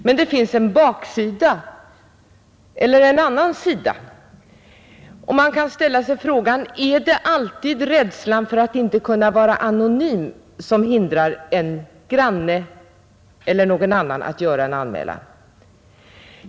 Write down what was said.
Men det finns ett annat problem. Man kan ställa sig frågan: Är det alltid rädslan för att inte kunna vara anonym som hindrar en granne eller en annan person att göra en anmälan?